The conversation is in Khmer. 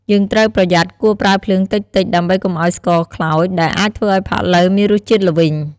យើងត្រូវប្រយ័ត្នគួរប្រើភ្លើងតិចៗ ដើម្បីកុំឱ្យស្ករខ្លោច ដែលអាចធ្វើឱ្យផាក់ឡូវមានរសជាតិល្វីង។